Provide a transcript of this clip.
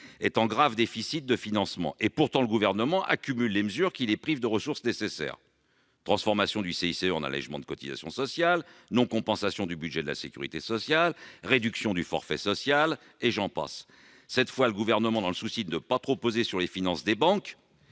est en grave déficit de financement. Pourtant, le Gouvernement accumule les mesures qui la privent de ressources nécessaires : transformation du CICE en allégements de cotisations sociales, non-compensation du budget de la sécurité sociale, réduction du forfait social, et j'en passe ... Le Gouvernement, dans le souci de ne pas trop peser sur les finances des banques,